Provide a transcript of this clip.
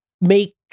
make